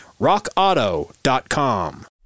rockauto.com